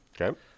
Okay